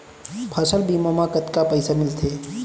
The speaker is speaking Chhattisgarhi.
फसल बीमा म कतका पइसा मिलथे?